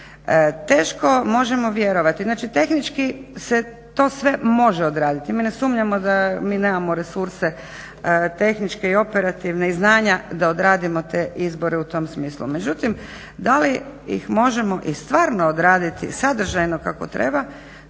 Teško možemo vjerovati, znači tehnički se to sve može odraditi. Mi ne sumnjamo da mi nemamo resurse tehničke i operativne i znanja da odradimo te izbore u tom smislu. Međutim da li ih možemo i stvarno odraditi sadržajno kako treba